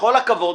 בכל הכבוד,